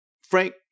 Frank